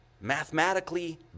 Mathematically